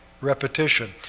Repetition